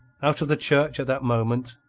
out of the church at that moment,